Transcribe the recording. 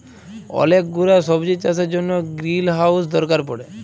ওলেক গুলা সবজির চাষের জনহ গ্রিলহাউজ দরকার পড়ে